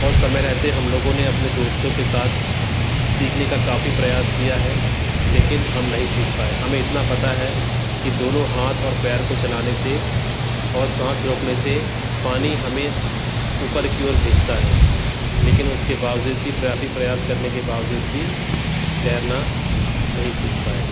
और समय रहते हम लोगों ने अपने दोस्तों के साथ सीखने का काफ़ी प्रयास किया है लेकिन हम नहीं सीख पाए हमें इतना पता है कि दोनों हाथ और पैर को चलाने से और साँस रोकने से पानी हमें ऊपर की ओर भेजता है लेकिन उसके बावजूद भी काफ़ी प्रयास करने के बावजूद भी तैरना नहीं सीख पाए